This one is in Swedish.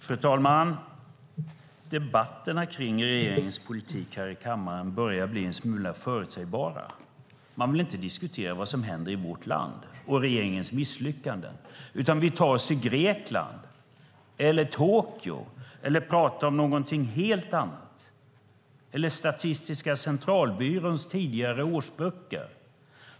Fru talman! Debatterna här i kammaren om regeringens politik börjar bli en smula förutsägbara. Man vill inte diskutera vad som händer i vårt land och regeringens misslyckanden, utan man tar sig till Grekland eller Tokyo eller pratar om någonting helt annat, som Statistiska centralbyråns tidigare årsböcker.